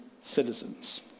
citizens